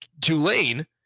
Tulane